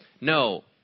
No